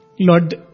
Lord